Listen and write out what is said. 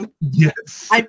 Yes